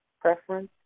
preference